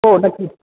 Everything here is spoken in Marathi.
हो नक्कीच